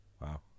Wow